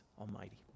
Almighty